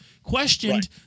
questioned